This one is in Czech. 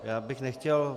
Já bych nechtěl...